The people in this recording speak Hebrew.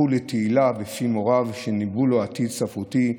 זכו לתהילה בפי מוריו, שניבאו לו עתיד ספרותי.